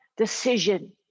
Decision